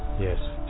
Yes